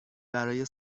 برای